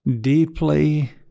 deeply